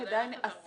זאת עדיין הפחתה.